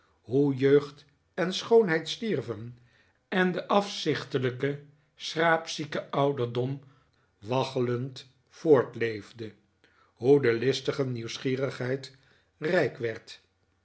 hoe jeugd en schoonheid stierven en de afzichtelijke schraapzieke ouderdom waggelend voortleefde hoe de listige gierigheid rijk werd